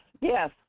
Yes